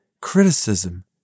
criticism